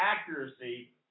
accuracy